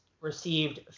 received